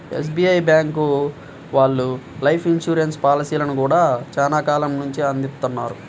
SBI bank వాళ్ళు life insurance పాలసీలను గూడా చానా కాలం నుంచే అందిత్తన్నారు